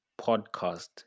podcast